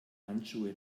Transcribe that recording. handschuhe